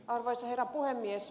arvoisa herra puhemies